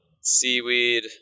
seaweed